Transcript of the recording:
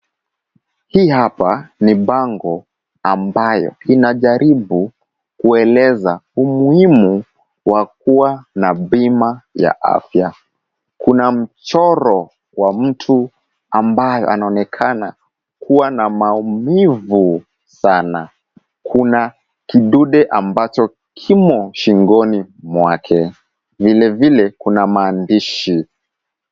Hii hapa ni bango ambayo inajaribu kueleza umuhumu wa kuwa na bima ya afya. Kuna mchoro wa mtu ambaye anaonekana kuwa na maumivu sana. Kuna kidude ambacho kimo shingoni mwake vilevile kuna maandishi